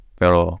pero